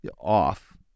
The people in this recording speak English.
off